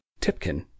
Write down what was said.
Tipkin